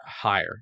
higher